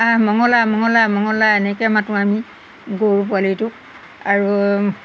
আহ মঙলা মঙলা মঙলা এনেকৈ মাতোঁ আমি গৰু পোৱালিটোক আৰু